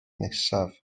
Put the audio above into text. nesaf